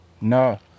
No